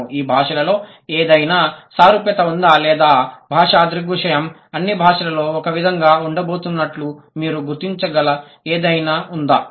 ఈ భాషలలో ఏదైనా సారూప్యత ఉందా లేదా భాషా దృగ్విషయం అన్ని భాషలలో ఒకే విధంగా ఉండబోతున్నట్లు మీరు గుర్తించగల ఏదైనా ఉందా